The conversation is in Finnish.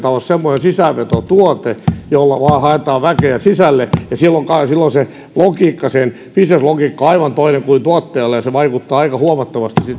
taloissa semmoinen sisäänvetotuote jolla vain haetaan väkeä sisälle silloin se bisneslogiikka on aivan toinen kuin tuottajalla ja se vaikuttaa aika huomattavasti